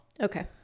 Okay